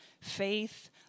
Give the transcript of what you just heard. faith